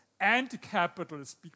anti-capitalist